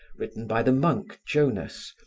written by the monk, jonas,